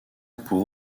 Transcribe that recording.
pour